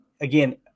again